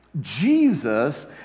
Jesus